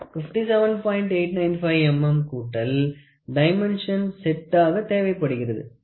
895 mm கூட்டல் dimension செட்டாக தேவைப்படுகிறது